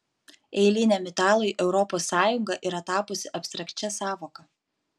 eiliniam italui europos sąjunga yra tapusi abstrakčia sąvoka